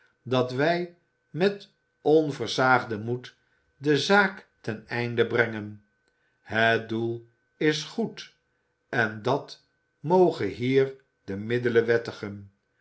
dat wij met onversaagden moed de zaak ten j einde brengen het doel is goed en dat moge hier de middelen wettigen